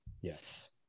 Yes